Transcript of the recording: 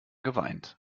geweint